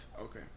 Okay